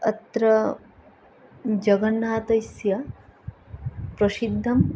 अत्र जगन्नाथस्य प्रसिद्धं